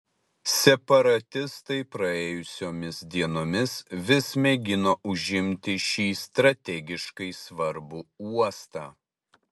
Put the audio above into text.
separatistai praėjusiomis dienomis vis mėgino užimti šį strategiškai svarbų uostą